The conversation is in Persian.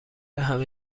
همه